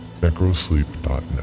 Necrosleep.net